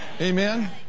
Amen